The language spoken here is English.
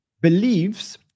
believes